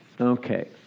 Okay